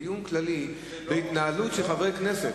יתקיים דיון כללי בהתנהגות של חברי כנסת.